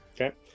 Okay